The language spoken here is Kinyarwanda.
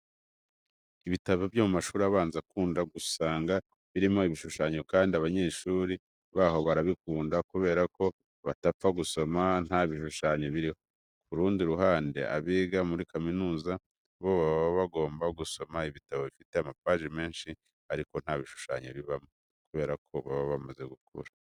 Ibitabo byo mu mashuri abanza ukunda gusanga birimo ibishushanyo kandi abanyeshuri baho barabikunda kubera ko batapfa gusoma nta bishushanyo birimo. Ku rundi ruhande, abiga muri kaminuza bo baba bagomba gusoma ibitabo bifite amapaji menshi ariko nta bishushanyo bibamo kubera ko baba bamaze gukura.